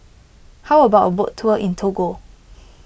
how about a boat tour in Togo